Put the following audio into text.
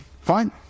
fine